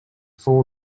fou